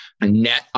net